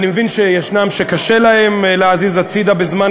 אני מבין שישנם שקשה להם להזיז הצדה בזמן